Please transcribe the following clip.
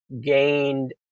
gained